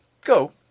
Go